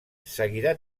seguirà